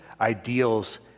ideals